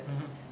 mmhmm